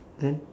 then